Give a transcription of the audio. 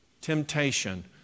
temptation